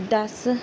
दस